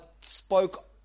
spoke